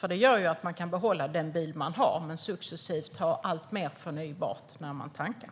Det skulle göra att man kan behålla den bil som har men successivt välja mer förnybart när man tankar.